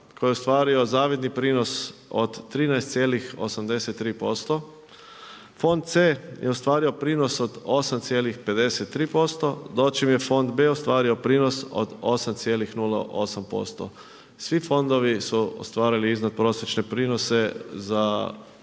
koji je ostvario zavidni prinos od 13,83%. Fond C je ostvario prinos od 8,53%, dočim je fond B ostvario prinos od 8,08%. Svi fondovi su ostvarili iznad prosječne prinose za